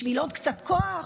בשביל עוד קצת כוח,